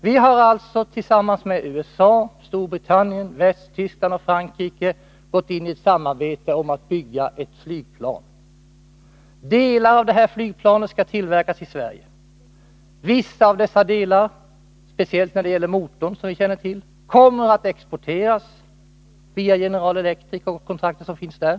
Vi har alltså tillsammans med USA, Storbritannien, Västtyskland och Frankrike gått in i ett samarbete om att bygga ett flygplan. Delar av detta flygplan skall tillverkas i Sverige. Vissa av dessa delar, speciellt när det gäller motorn, som vi känner till, kommer att exporteras via General Electric och det kontrakt som finns där.